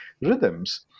rhythms